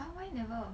!huh! why never